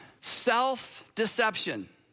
Self-deception